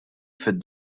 fid